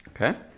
okay